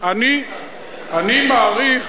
אני מעריך